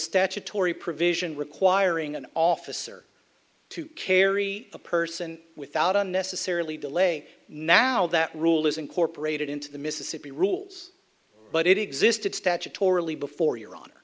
statutory provision requiring an officer to carry a person without unnecessarily delay now that rule is incorporated into the mississippi rules but it existed statutorily before your honor